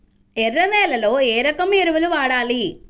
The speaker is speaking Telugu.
ఎర్ర నేలలో ఏ రకం ఎరువులు వాడాలి?